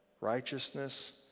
righteousness